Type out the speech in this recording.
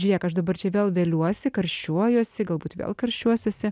žiūrėk aš dabar čia vėl veliuosi karščiuojuosi galbūt vėl karščiuosiuosi